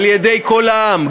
על-ידי כל העם.